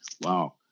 Wow